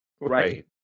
Right